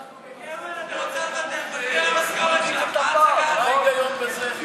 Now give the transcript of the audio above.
אנחנו במצב הרבה יותר נמוך מהם,